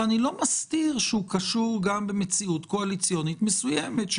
שאני לא מסתיר שהוא קשור גם במציאות קואליציונית מסוימת,